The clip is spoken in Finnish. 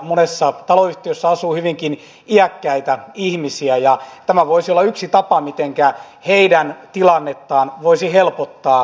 monessa taloyhtiössä asuu hyvinkin iäkkäitä ihmisiä ja tämä voisi olla yksi tapa mitenkä heidän tilannettaan voisi helpottaa